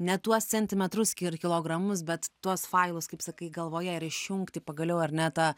ne tuos centimetrus ir kilogramus bet tuos failus kaip sakai galvoje ir išjungti pagaliau ar ne tą